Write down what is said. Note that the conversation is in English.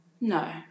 No